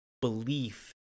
belief